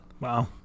wow